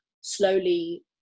slowly